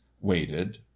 waited